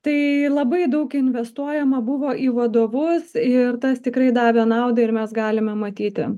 tai labai daug investuojama buvo į vadovus ir tas tikrai davė naudą ir mes galime matyti